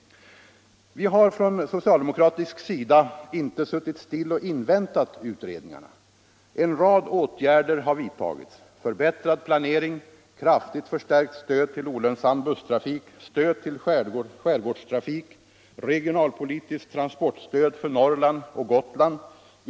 Vi har från socialdemokratisk sida inte suttit still och inväntat utredningarna. En rad åtgärder har vidtagits: förbättrad planering, kraftigt förstärkt stöd till olönsam busstrafik, stöd till skärgårdstrafik, regionalpolitiskt transportstöd för Norrland och Gotland.